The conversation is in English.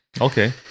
Okay